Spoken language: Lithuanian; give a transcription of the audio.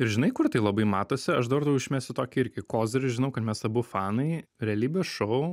ir žinai kur tai labai matosi aš dabar tau išmesiu tokį irgi kozirį žinau kad mes abu fanai realybės šou